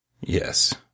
Yes